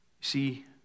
See